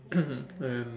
and